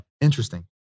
Interesting